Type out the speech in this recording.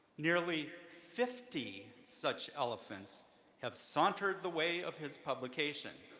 nearly fifty such elephants have sauntered the way of his publication,